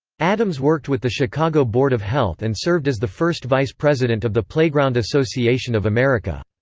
addams worked with the chicago board of health and served as the first vice-president of the playground association of america.